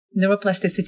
Neuroplasticity